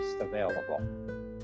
available